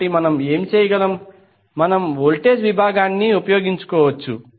కాబట్టి మనం ఏమి చేయగలం మనం వోల్టేజ్ విభాగాన్ని ఉపయోగించుకోవచ్చు